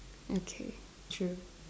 okay true